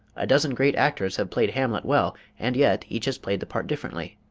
a dozen great actors have played hamlet well, and yet each has played the part differently.